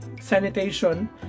sanitation